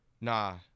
Nah